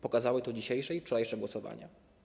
Pokazały to dzisiejsze i wczorajsze głosowania.